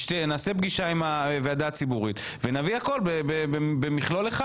נעשה פגישה עם הוועדה הציבורית ונביא הכול במכלול אחד.